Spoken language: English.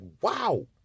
wow